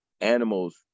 animals